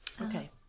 okay